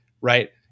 right